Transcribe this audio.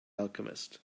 alchemist